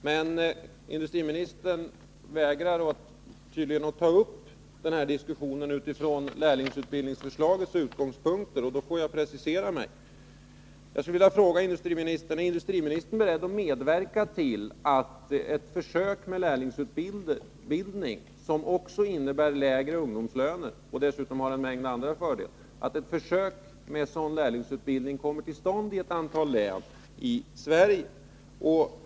Men industriministern vägrar tydligen att ta upp en diskussion utifrån lärlingsutbildningsförslagets utgångspunkter, och då får jag precisera mig: Är industriministern beredd att medverka till att försök med lärlingsutbildning — som också innebär lägre ungdomslöner och dessutom har en mängd andra fördelar — kommer till stånd i ett antal län?